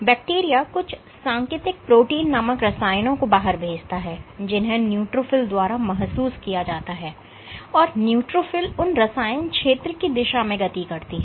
bacteria कुछ सांकेतिक protein नामक रसायनों को बाहर भेजता है जिन्हें न्यूट्रोफिल द्वारा महसूस किया जाता है और न्यूट्रोफिल उस रसायन क्षेत्र की दिशा में गति करती है